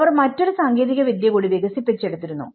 അവർ മറ്റൊരു സാങ്കേതികവിദ്യ കൂടി വികസിപ്പിച്ചെടുത്തിരുന്നു